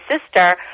sister